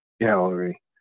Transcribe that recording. gallery